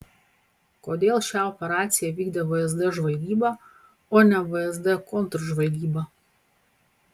kodėl šią operaciją vykdė vsd žvalgyba o ne vsd kontržvalgyba